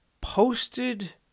posted